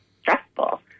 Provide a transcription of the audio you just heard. stressful